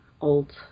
old